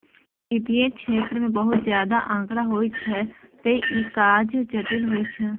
वित्तीय क्षेत्र मे बहुत ज्यादा आंकड़ा होइ छै, तें ई काज जटिल होइ छै